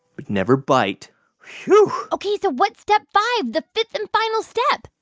but never bite whew ok, so what's step five, the fifth and final step?